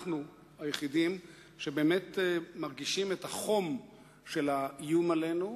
אנחנו היחידים שבאמת מרגישים את החום של האיום עלינו,